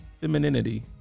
Femininity